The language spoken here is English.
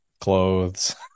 clothes